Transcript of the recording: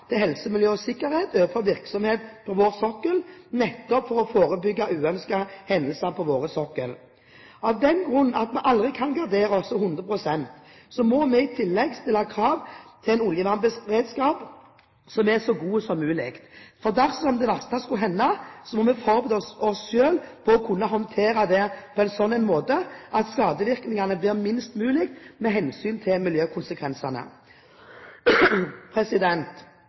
til helse, miljø og sikkerhet overfor virksomhet på vår sokkel, nettopp for å forebygge uønskede hendelser. Av den grunn at vi aldri kan gardere oss hundre prosent, må vi i tillegg stille krav til en oljevernberedskap som er så god som mulig. Dersom det verste skulle hende, må vi forberede oss selv på å kunne håndtere det på en slik måte at skadevirkningene blir minst mulig med hensyn til miljøkonsekvensene.